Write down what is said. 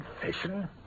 Confession